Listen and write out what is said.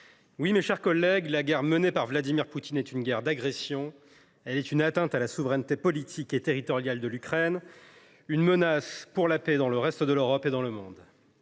Oui, mes chers collègues, la guerre menée par Vladimir Poutine est une guerre d’agression. Elle est une atteinte à la souveraineté politique et territoriale de l’Ukraine et une menace pour la paix dans le reste de l’Europe et dans le monde.